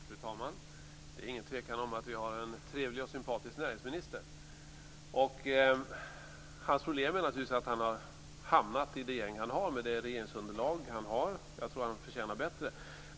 Fru talman! Det är ingen tvekan om att vi har en trevlig och sympatisk näringsminister. Hans problem är naturligtvis att han har hamnat i det gäng han har, med det regeringsunderlag han har. Jag tror att han förtjänar bättre.